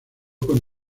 con